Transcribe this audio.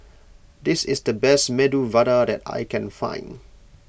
this is the best Medu Vada that I can find